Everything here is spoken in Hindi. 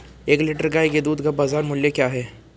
एक लीटर गाय के दूध का बाज़ार मूल्य क्या है?